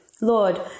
Lord